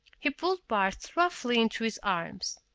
he pulled bart roughly into his arms.